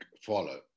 follow